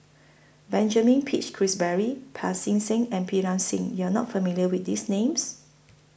Benjamin Peach Keasberry Pancy Seng and Pritam Singh YOU Are not familiar with These Names